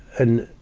and,